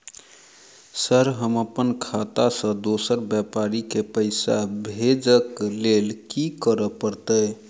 Sir हम अप्पन खाता सऽ दोसर व्यापारी केँ पैसा भेजक लेल की करऽ पड़तै?